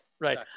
right